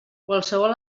qualsevol